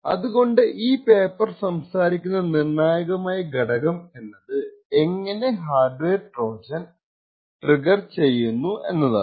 അതുകൊണ്ട് ഈ പേപ്പർ സംസാരിക്കുന്ന നിർണായകമായ ഘടകം എന്നത് എങ്ങനെ ഹാർഡ്വെയർ ട്രോജൻ ട്രിഗർ ചെയ്യുന്നു എന്നാണ്